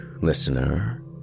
listener